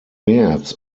märz